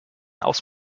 aufs